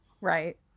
Right